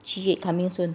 七月 coming soon